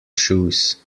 shoes